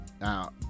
now